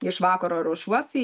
iš vakaro ruošiuosi